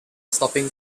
stopping